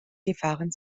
gefahren